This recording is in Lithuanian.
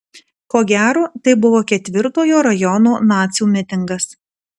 ko gero tai buvo ketvirtojo rajono nacių mitingas